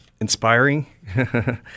inspiring